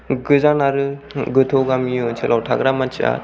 गोजान आरो गोथौ गामि ओनसोलाव थाग्रा मानसिया